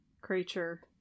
creature